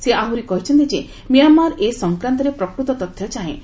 ସେ ଆହୁରି କହିଛନ୍ତି ଯେ ମିଆଁମାର ଏ ସଂକ୍ରାନ୍ତରେ ପ୍ରକୃତ ତଥ୍ୟ ଚାହେଁ